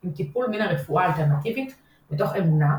עם טיפול מן הרפואה האלטרנטיבית מתוך אמונה,